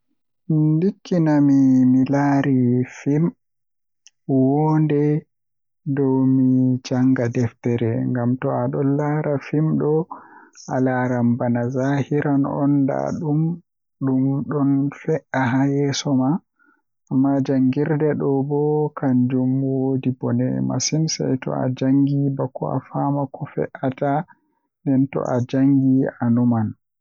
Ndikkinami mi laari fim woonde dow mi janga deftere ngam to adon laara fim do alaran bana zahiran on ndaadum dum don fe'a haa yeeso ma, amma jangirde bo kanjum woodi bone masin seito ajangi bako afaama ko fe'ata nden to ajangi anuman.